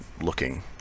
looking